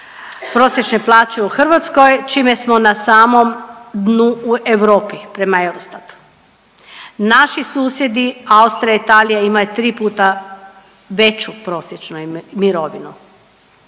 prosječne plaće u Hrvatskoj čime smo na samom dnu u Europi prema Eurostatu. Naši susjedi Austrija, Italija imaju 3 puta veću prosječnu mirovinu.